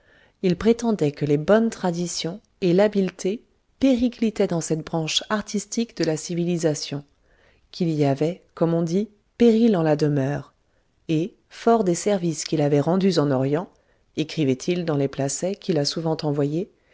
il prétendait que les bonnes traditions et que l'habileté périclitaient dans cette branche artistique de la civilisation qu'il y avait comme on dit péril en la demeure et fort des services qu'il avait rendus en orient écrivait-il dans les